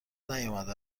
نیامده